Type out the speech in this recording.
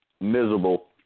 miserable